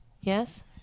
Yes